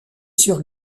sur